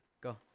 go